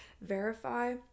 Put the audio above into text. verify